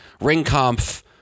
Ringkampf